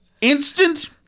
instant